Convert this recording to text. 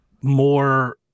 more